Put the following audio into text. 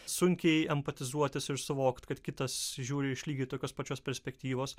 sunkiai empatizuotis ir suvokt kad kitas žiūri iš lygiai tokios pačios perspektyvos